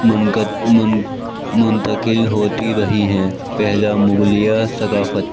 منتقل ہوتی رہی ہیں پہلا مغلیہ ثقافت